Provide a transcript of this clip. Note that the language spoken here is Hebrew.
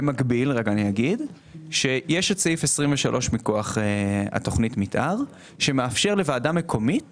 במקביל יש את סעיף 23 מכוח תוכנית המתאר שמאפשר לוועדה מקומית